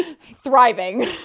thriving